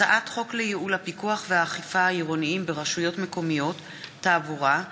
הצעת חוק לייעול הפיקוח והאכיפה העירוניים ברשויות המקומיות (תעבורה),